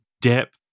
depth